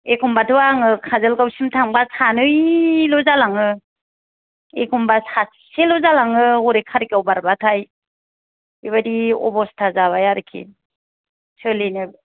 एखमबाथ' आङो काजोलगावसिम थांब्ला सानैल' जालाङो एखमबा सासेल' जालाङो हरै कारिगाव बारबाथाय बेबायदि अबस्था जाबाय आरोखि सोलिनो